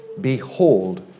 Behold